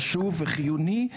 חשוב וחיוני,